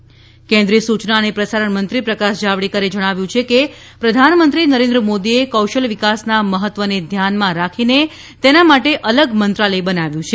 પ્રકાશ જાવડેકર કેન્દ્રીય સૂચના અને પ્રસારણ મંત્રી પ્રકાશ જાવડેકરે જણાવ્યું છે કે પ્રધાનમંત્રી નરેન્દ્ર મોદીએ કૌશલ્ય વિકાસના મહત્વને ધ્યાનમાં રાખીને તેના માટે અલગ મંત્રાલય બનાવ્યું છે